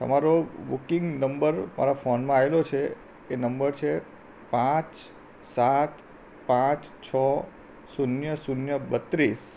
તમારો booking number મારા ફોનમાં આવેલો છે એ નંબર છે પાંચ સાત પાંચ છ શૂન્ય શૂન્ય બત્રીસ